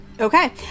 Okay